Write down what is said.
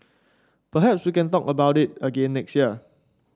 perhaps we can talk about it again next year